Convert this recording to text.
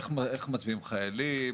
איך מצביעים חיילים?